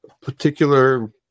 particular